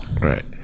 right